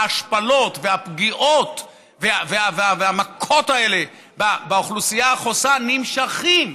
ההשפלות והפגיעות והמכות האלה באוכלוסייה החוסה נמשכות,